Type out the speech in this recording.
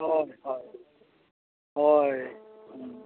ᱦᱳᱭ ᱦᱳᱭ ᱦᱳᱭ